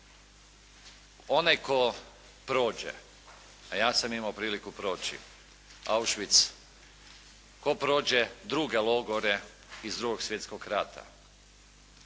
Onaj tko prođe, a ja sam imao priliku proći, Auschwitz, tko prođe druge logore iz II. svjetskog rata,